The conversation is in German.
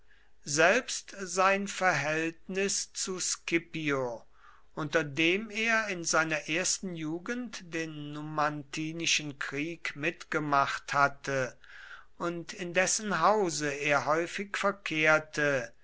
selbst sein verhältnis zu scipio unter dem er in seiner ersten jugend den numantinischen krieg mitgemacht hatte und in dessen hause er häufig verkehrte